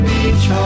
Beach